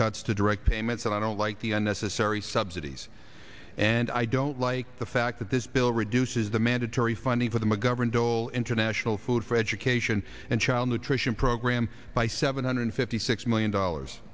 cuts to direct payments and i don't like the unnecessary subsidies and i don't like the fact that this bill reduces the mandatory funding for the mcgovern dole international food for education and child nutrition program by seven hundred fifty six million dollars